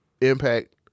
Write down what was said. impact